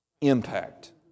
impact